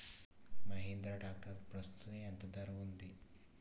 Mahindra tractor ప్రస్తుతం ఎంత ధర ఉంది?